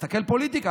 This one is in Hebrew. תסתכל על פוליטיקה,